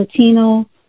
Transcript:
Latino